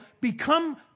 become